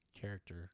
character